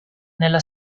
nella